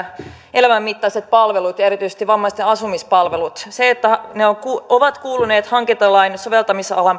elämänmittaiset palvelut ja erityisesti vammaisten asumispalvelut se että ne ovat kuuluneet hankintalain soveltamisalan